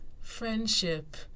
Friendship